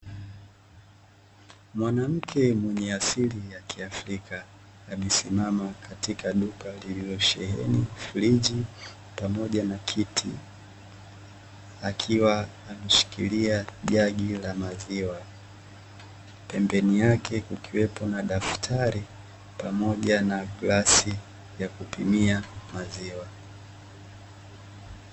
Mwanamke mwenye asili ya kiafrika amesimama katika duka lililosheheni friji, pamoja na kiti, akiwa ameshikilia jagi la maziwa, pembeni yake kukiwepo na daftari, pamoja na glasi ya kupimia maziwa.